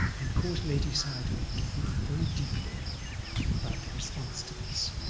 and caused ledi sayadaw to think very deeply about the response to this.